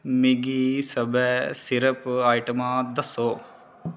मिगी सब्भे सिरप आइटमां दस्सो